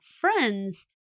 friends